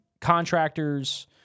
contractors